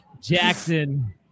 Jackson